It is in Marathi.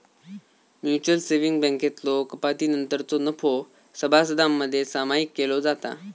म्युचल सेव्हिंग्ज बँकेतलो कपातीनंतरचो नफो सभासदांमध्ये सामायिक केलो जाता